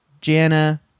Jana